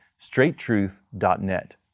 straighttruth.net